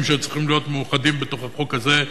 שהיו צריכים להיות מאוחדים בתוך החוק הזה.